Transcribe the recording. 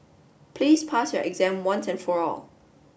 please pass your exam once and for all